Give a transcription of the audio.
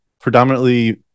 predominantly